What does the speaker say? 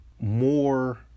more